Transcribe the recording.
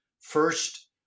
first